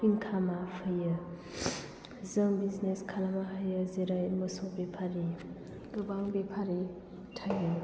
income आ फैयो जों बिजनेस खालाममो हायो जेरै मोसौ बेफारि गोबां बेफारि थायो